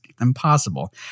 impossible